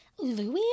Louis